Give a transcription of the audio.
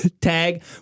Tag